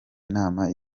nama